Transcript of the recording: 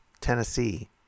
Tennessee